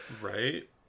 right